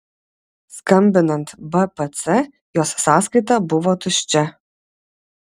skambinant bpc jos sąskaita buvo tuščia